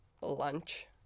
lunch